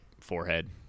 forehead